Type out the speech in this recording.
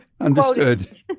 Understood